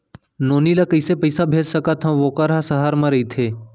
नोनी ल कइसे पइसा भेज सकथव वोकर ह सहर म रइथे?